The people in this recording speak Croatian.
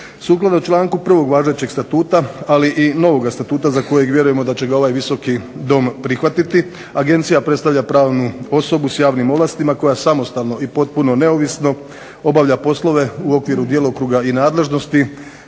Sukladno članku 1. važećeg statuta, ali i novoga Statuta za kojeg vjerujemo da će ga ovaj Visoki dom prihvatiti agencija predstavlja pravnu osobu s javnim ovlastima koja samostalno i potpuno neovisno obavlja poslove u okviru djelokruga i nadležnosti